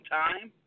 time